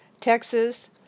Texas